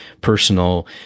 personal